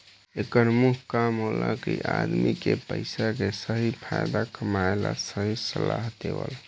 एकर मुख्य काम होला कि आदमी के पइसा के सही फायदा कमाए ला सही सलाह देवल